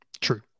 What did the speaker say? True